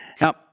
Now